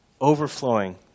overflowing